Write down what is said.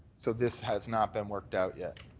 so this has not been worked out yet.